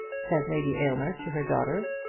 said lady aylmer to her daughter.